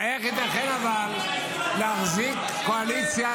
--- איך ייתכן להחזיק קואליציה,